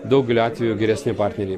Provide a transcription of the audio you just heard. daugeliu atveju geresni partneriai